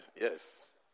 Yes